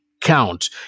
count